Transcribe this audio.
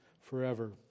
forever